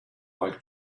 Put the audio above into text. like